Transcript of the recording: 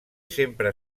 sempre